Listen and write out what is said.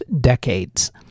decades